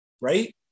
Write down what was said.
right